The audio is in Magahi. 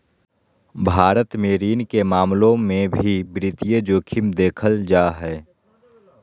भारत मे ऋण के मामलों मे भी वित्तीय जोखिम देखल जा हय